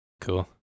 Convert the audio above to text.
cool